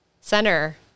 center